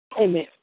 Amen